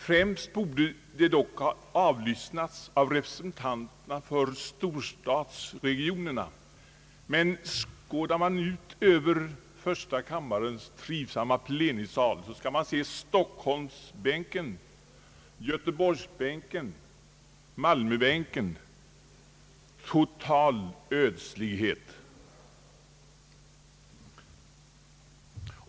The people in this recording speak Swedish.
Främst borde det dock ha avlyssnats av representanterna för storstadsregionerna, men skådar man ut över första kammarens trivsamma plenisal så finner man total ödslighet över stockholmsbänken, göteborgsbänken och malmöbänken.